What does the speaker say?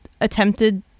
attempted